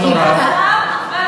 לא נורא.